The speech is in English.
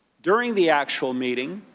during the actual meeting,